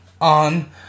on